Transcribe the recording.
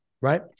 right